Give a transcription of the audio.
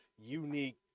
unique